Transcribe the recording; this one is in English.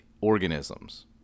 organisms